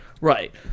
Right